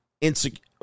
insecure